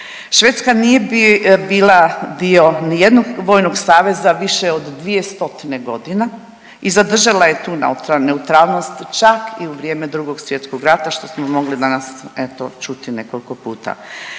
Švedska nije bila dio nijednog vojnog saveza više od 2 stotine godina i zadržala je tu neutralnost čak i u vrijeme Drugog svjetskog rata, što smo mogli danas eto, čuti nekoliko puta.